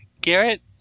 garrett